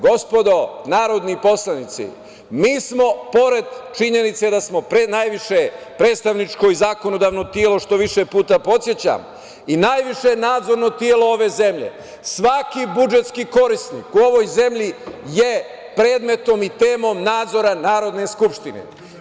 Gospodo narodni poslanici, mi smo pored činjenice da smo pre najviše predstavničko i zakonodavno telo, što više puta podsećam i najviše nadzorno telo ove zemlje, svaki budžetski korisnik u ovoj zemlji je predmetom i temom nadzora Narodne skupštine.